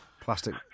Plastic